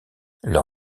leur